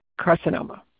carcinoma